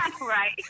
Right